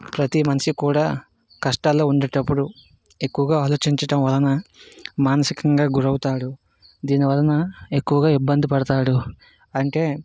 ప్రతీ మనిషి కూడా కష్టాల్లో ఉండేటి అప్పుడు ఎక్కువగా ఆలోచించడం వలన మానసికంగా గురి అవుతాడు దీని వలన ఎక్కువగా ఇబ్బంది పడుతాడు అంటే